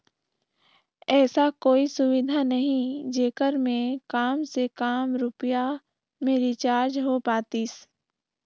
ऐसा कोई सुविधा नहीं जेकर मे काम से काम रुपिया मे रिचार्ज हो पातीस?